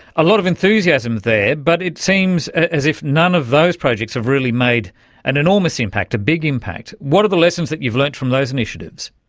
a lot of enthusiasm there, but it seems as though none of those projects have really made an enormous impact, a big impact. what are the lessons that you've learned from those initiatives?